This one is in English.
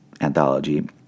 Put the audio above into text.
anthology